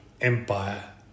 empire